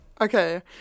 Okay